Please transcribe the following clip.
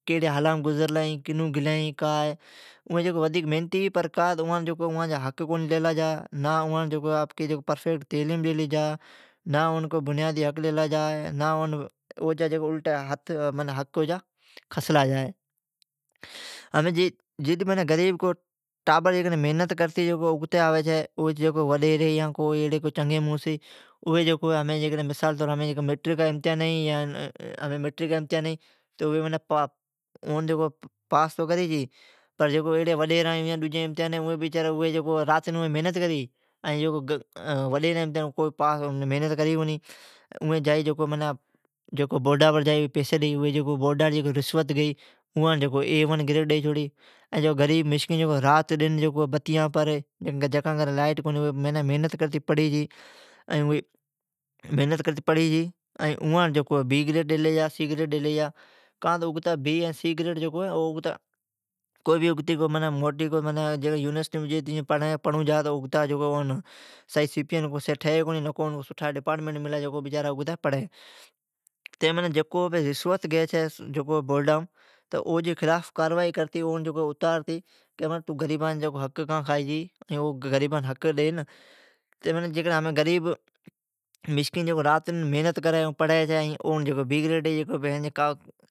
کیڑ حالام گزرلین ھی کیون گلین ھی کاہے۔ اوین ودھیک محنتی ھی پر اوان آپکا حق کونی ڈیلا جا، نا اون کو پرفیکٹ تعلیم دیلی جا، نا او کو بنیادی حق ڈیلا جا ائین او جا حق الٹی کھسلا جا ہے۔ جد غریب کو محنت کرتی اگتی آوی تو اٹھی جکو وڈیری ھی یا چگی مڑس ھی۔ ھمین مثالطور ھمین جکو میٹرکا جین امتحانین ھی اوان حق ڈئی چھی پر اوین ڈن رات محنت کری ائین جکو وڈیران جین ٹابرین ھی اوین اسکول جائی کونی ائین بورڈام پیسی ڈیتی مارکا گیئی ائی بورڈاڑی بڑی رشوت گیئی۔ ائین اوین بتی بر پڑھی اوان بی گریڈ ڈیلا جا سی گریڈ ڈیلا جا۔ ائین اون اگتی پڑھون جا تو او جی سی پی این ٹھی کونی، ائین نا اون کو سٹھا ڈپارٹمینٹ ملی جکو اون اگتی پڑ سگھی۔ ائین جکو بورڈام رشوت گی چھی او جی خلاف کاروائی کرر کھپی کہ تو غریبا جا حق کا کھئی چھی۔ غریبان اوجا حق ڈین۔ ائین جکو غریب رات ڈن پرھی طھی ائین محنت کری چھی اون تو بی گریڈ ڈیئی چھی، سی گریڈ ڈیئی چھی۔ کا،